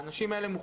האנשים האלה,